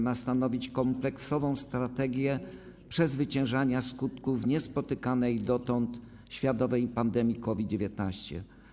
Ma on stanowić kompleksową strategię przezwyciężania skutków niespotykanej dotąd światowej pandemii COVID-19.